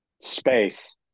Space